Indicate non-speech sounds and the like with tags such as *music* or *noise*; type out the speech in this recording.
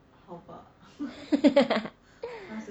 *laughs*